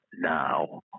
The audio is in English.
Now